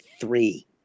Three